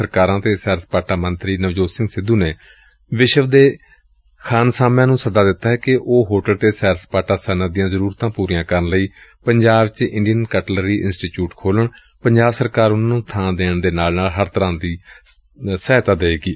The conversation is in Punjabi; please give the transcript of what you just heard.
ਸਰਕਾਰਾਂ ਤੇ ਸੈਰ ਸਪਾਟਾ ਮੰਤਰੀ ਨਵਜੋਤ ਸਿੰਘ ਸਿੱਧੂ ਨੇ ਵਿਸ਼ਵ ਦੇ ਮਹਾਨ ਖਾਨਸਾਮਿਆਂ ਨੂੰ ਸੱਦਾ ਦਿੱਤਾ ਕਿ ਉਹ ਹੋਟਲ ਤੇ ਸੈਰ ਸਪਾਟਾ ਸਨੱਅਤ ਦੀਆਂ ਜ਼ਰੁਰਤਾਂ ਪੁਰੀਆਂ ਕਰਨ ਲਈ ਪੰਜਾਬ ਵਿਚ ਇੰਡੀਅਨ ਕਟਲਰੀ ਇੰਸਟੀਚਿਉਟ ਖੋਲੁਣ ਪੰਜਾਬ ਸਰਕਾਰ ਉਨੁਾਂ ਨੂੰ ਥਾਂ ਦੇਣ ਦੇ ਨਾਲ ਨਾਲ ਹਰੇਕ ਤਰੁਾਂ ਦਾ ਸਹਿਯੋਗ ਦੇਵੇਗੀ